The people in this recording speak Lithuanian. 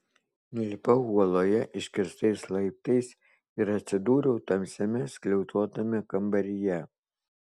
nulipau uoloje iškirstais laiptais ir atsidūriau tamsiame skliautuotame kambaryje